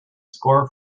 score